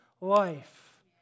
life